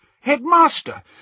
headmaster